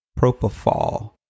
Propofol